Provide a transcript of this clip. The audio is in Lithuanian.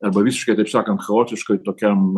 arba visiškai taip sakant chaotiškai tokiam